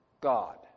God